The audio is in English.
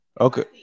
Okay